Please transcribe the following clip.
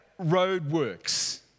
roadworks